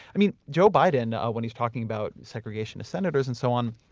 i mean joe biden, when he's talking about segregation to senators and so on,